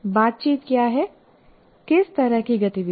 बातचीत क्या हैं किस तरह की गतिविधि